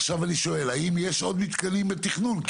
עכשיו אני שואל האם יש עוד מתקנים בתכנון?